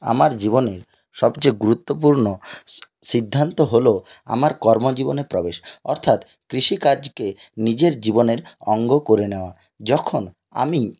আমার জীবনের সবচেয়ে গুরুত্বপূর্ণ সিদ্ধান্ত হল আমার কর্মজীবনে প্রবেশ অর্থাৎ কৃষিকাজকে নিজের জীবনের অঙ্গ করে নেওয়া যখন আমি